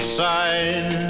side